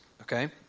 okay